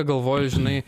galvoju žinai